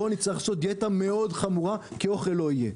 נצטרך לעשות דיאטה מאוד חמורה כי אוכל לא יהיה.